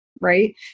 right